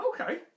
Okay